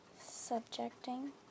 subjecting